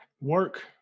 Work